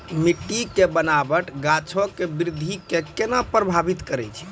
मट्टी के बनावट गाछो के वृद्धि के केना प्रभावित करै छै?